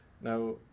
Now